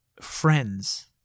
friends